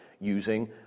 using